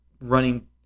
running